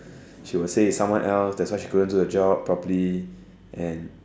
she was said someone else that's why so she could do the job properly and